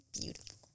beautiful